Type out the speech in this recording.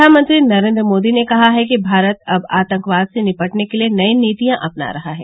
प्रधानमंत्री नरेन्द्र मोदी ने कहा है कि भारत अब आतंकवाद से निपटने के लिए नई नीतियां अपना रहा है